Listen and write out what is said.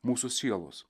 mūsų sielos